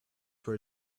were